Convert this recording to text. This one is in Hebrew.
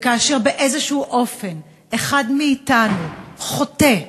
וכאשר באיזשהו אופן אחד מאתנו חוטא,